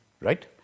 right